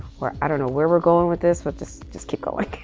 or i don't know where we're going with this, but just, just keep going.